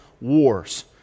wars